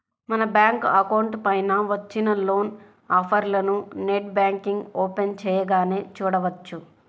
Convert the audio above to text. మన bank account పైన వచ్చిన లోన్ ఆఫర్లను నెట్ బ్యాంకింగ్ ఓపెన్ చేయగానే చూడవచ్చు